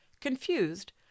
Confused